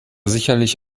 sicherlich